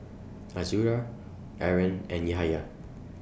Azura Aaron and Yahaya